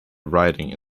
writing